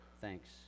thanks